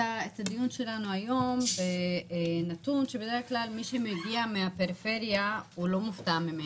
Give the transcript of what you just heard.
הדיון שלנו היום בנתון שבדרך כלל מי שמגיע מהפריפריה לא מופתע ממנו,